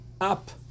up